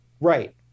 right